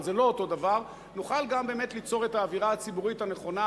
אבל זה לא אותו דבר נוכל גם ליצור את האווירה הציבורית הנכונה,